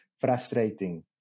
frustrating